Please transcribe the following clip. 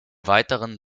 weiteren